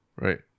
right